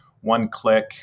one-click